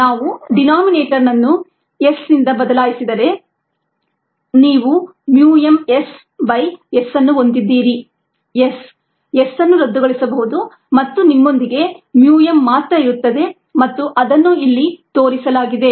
ನಾವು ಡೀನೋಮಿನೇಟರ್ ಅನ್ನು s ನಿಂದ ಬದಲಾಯಿಸಿದರೆ ನೀವು mu m s by S ಅನ್ನು ಹೊಂದಿದ್ದೀರಿ S S ಅನ್ನು ರದ್ದುಗೊಳಿಸಬಹುದು ಮತ್ತು ನಿಮ್ಮೊಂದಿಗೆ mu m ಮಾತ್ರ ಇರುತ್ತದೆ ಮತ್ತು ಅದನ್ನು ಇಲ್ಲಿ ತೋರಿಸಲಾಗಿದೆ